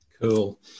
Cool